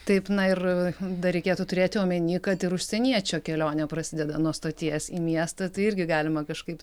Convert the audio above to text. taip na ir dar reikėtų turėti omeny kad ir užsieniečio kelionė prasideda nuo stoties į miestą tai irgi galima kažkaip